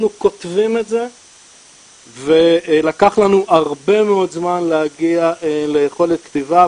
אנחנו כותבים את זה ולקח לנו הרבה מאוד זמן להגיע ליכולת כתיבה,